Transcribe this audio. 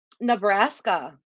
Nebraska